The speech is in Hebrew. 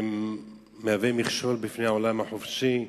מהווה מכשול בפני העולם החופשי.